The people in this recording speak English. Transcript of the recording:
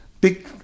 big